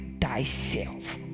thyself